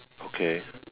okay